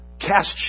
cast